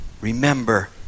remember